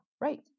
right